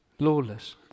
Lawless